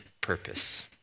purpose